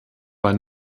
war